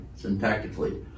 syntactically